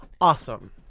Awesome